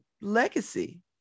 legacy